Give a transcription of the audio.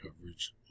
coverage